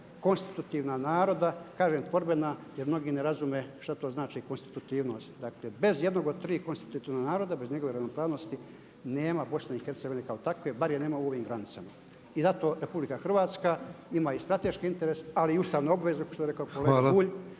konstitutivna naroda. Kažem tvorbena jer mnogi ne razume što to znači konstitutivnost, dakle bez jednog od tri konstitutivnog naroda, bez njegove ravnopravnosti nema BiH kao takve, bar je nema u ovim granicama. I zato RH ima i strateški interes, ali i ustavnu obvezu … /Upadica: Hvala./